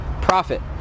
Profit